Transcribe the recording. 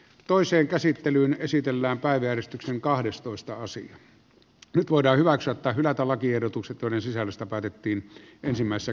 toiseen käsittelyyn esitellään päivystyksen kahdestoista osin nyt voidaan hyväksyä tai hylätä lakiehdotukset joiden sisällöstä päätettiin ensimmäisessä